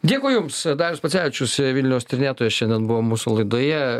dėkui jums darius pocevičius vilniaus tyrinėtojas šiandien buvo mūsų laidoje